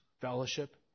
fellowship